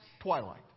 twilight